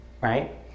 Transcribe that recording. right